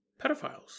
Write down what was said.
pedophiles